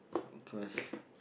cause